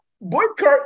boycott